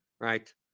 Right